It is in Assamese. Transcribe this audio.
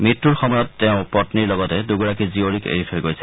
মৃত্যুৰ সময়ত তেওঁ পপ্নীৰ লগতে দুগৰাকী জীয়ৰীক এৰি থৈ গৈছে